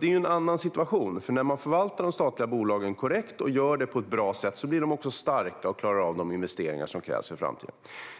Det är en annan situation nu, för när man förvaltar de statliga bolagen korrekt och bra blir de starka och klarar av de investeringar som krävs för framtiden.